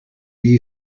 you